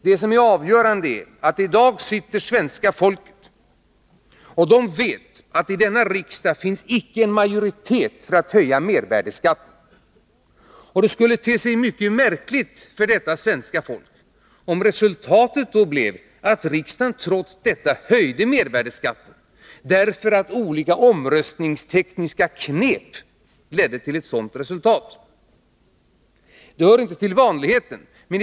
Det som är avgörande är att svenska folket i dag vet att det i denna riksdag icke finns en majoritet för att höja mervärdeskatten. Det skulle då te sig mycket märkligt för detta svenska folk om resultatet blev på grund av olika omröstningstekniska knep att riksdagen trots detta höjde mervärdeskatten. Det hör inte till vanligheten.